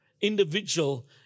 individual